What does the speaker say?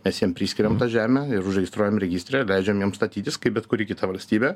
mes jiem priskiriam tą žemę ir užregistruojam registre leidžiam jiems statytis kaip bet kuri kita valstybė